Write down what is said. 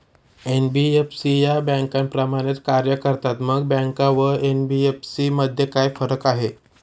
NBFC या बँकांप्रमाणेच कार्य करतात, मग बँका व एन.बी.एफ.सी मध्ये काय फरक आहे?